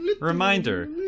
Reminder